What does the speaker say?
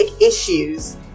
issues